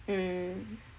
mm